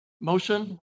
motion